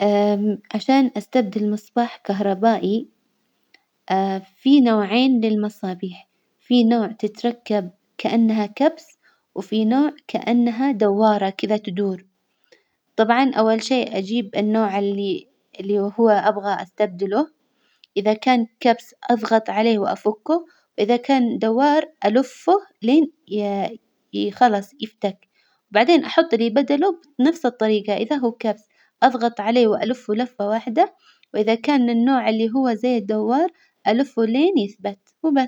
عشان أستبدل مصباح كهربائي في نوعين للمصابيح، في نوع تتركب كأنها كبس، وفي نوع كأنها دوارة كذا تدور، طبعا أول شيء أجيب النوع اللي- اللي هو أبغى أستبدله، إذا كان كبس أظغط عليه وأفكه، وإذا كان دوار ألفه لين ي- خلاص يفتك، وبعدين أحط اللي بدله بنفس الطريجة، إذا هو كبس أظغط عليه وألفه لفة واحدة، وإذا كان النوع اللي هو زي الدوار ألفه لين يثبت وبس.